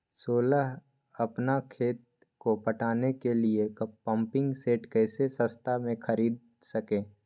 सोलह अपना खेत को पटाने के लिए पम्पिंग सेट कैसे सस्ता मे खरीद सके?